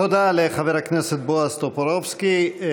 תודה לחבר הכנסת בועז טופורובסקי.